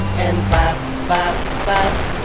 and clap, clap, clap.